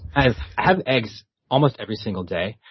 i have eggs almost every single day,